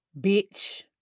bitch